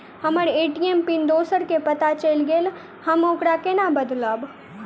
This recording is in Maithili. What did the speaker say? हम्मर ए.टी.एम पिन दोसर केँ पत्ता चलि गेलै, हम ओकरा कोना बदलबै?